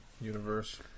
Universe